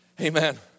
Amen